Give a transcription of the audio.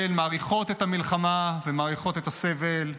מאריכות את המלחמה ומאריכות את הסבל,